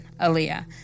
Aaliyah